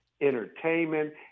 entertainment